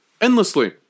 endlessly